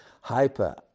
Hyper